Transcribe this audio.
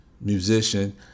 musician